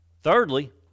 Thirdly